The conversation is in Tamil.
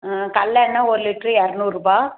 ம் கடலெண்ண ஒரு லிட்ரு இரநூறு ரூபாய்